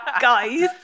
Guys